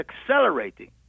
accelerating